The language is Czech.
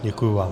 Děkuji vám.